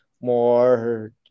more